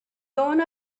going